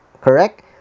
correct